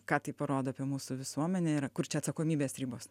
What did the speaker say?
ką tai parodo mūsų visuomenė yra kur čia atsakomybės ribos